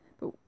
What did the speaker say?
but